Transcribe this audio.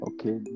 Okay